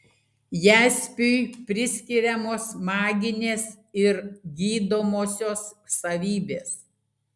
jaspiui priskiriamos maginės ir gydomosios savybės